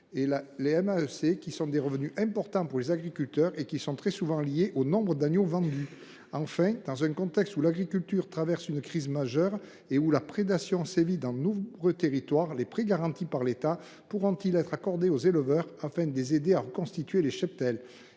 qui constituent des revenus importants pour les agriculteurs et dont le montant ou l’ampleur est très souvent lié au nombre d’agneaux vendus. Dans un contexte où l’agriculture traverse une crise majeure et où la prédation sévit dans de nombreux territoires, les prêts garantis par l’État (PGE) pourront ils être accordés aux éleveurs, afin de les aider à reconstituer leurs cheptels ?